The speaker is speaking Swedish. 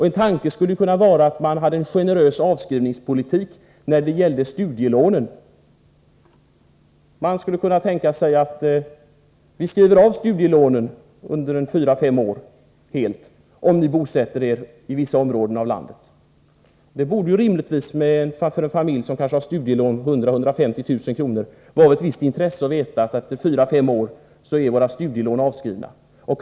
En tanke skulle kunna vara att man införde en generös avskrivningspolitik när det gällde studielånen: Vi skriver av studielånen helt under fyra fem år, om ni bosätter er i vissa områden av landet. För en familj som har studielån på låt säga 100 000-150 000 kr. borde det rimligtvis vara av ett visst intresse att veta att studielånen skulle vara avskrivna efter fyra fem år.